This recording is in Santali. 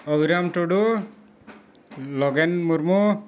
ᱚᱵᱷᱤᱨᱟᱢ ᱴᱩᱰᱩ ᱞᱚᱜᱮᱱ ᱢᱩᱨᱢᱩ